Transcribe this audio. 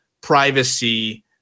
privacy